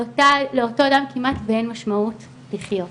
לאותו אדם כמעט ואין משמעות לחיות.